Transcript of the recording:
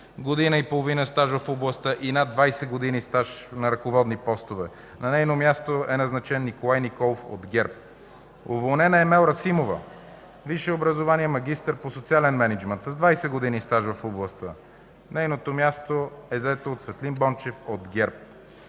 година и половина стаж в областта и над 20 години стаж на ръководни постове. На нейно място е назначен Николай Николов от ГЕРБ. Уволнена е Емел Расимова – висше образование, магистър по социален мениджмънт, с 20 години стаж в областта. Нейното място е заето от Светлин Бончев от ГЕРБ.